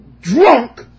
drunk